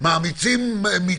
אין בהם אוורור כמו שצריך,